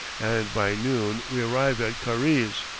and by noon we arrive at karize.